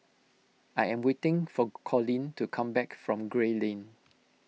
I am waiting for Collin to come back from Gray Lane